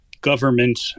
government